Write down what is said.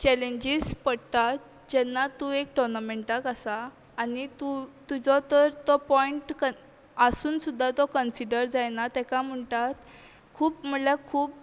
challenges पडटात जेन्ना तूं एक टोर्नामँटाक आसा आनी तूं तुजो तर तो पॉयंट कन आसून सुद्दां तो कन्सिडर जायना तेका म्हणटात खूब म्हळ्ळ्या खूब